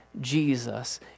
Jesus